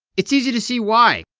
it's easy to see why.